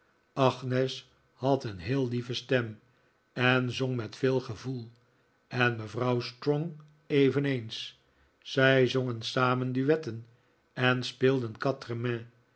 agnes had een heel lieve stem en zong met veel gevoel en mevrouw strong eveneens zij zongen samen duetten en speelden